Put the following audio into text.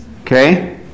Okay